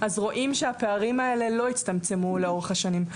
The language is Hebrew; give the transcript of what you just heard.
רואים שהפערים האלה לא הצטמצמו לאורך השנים.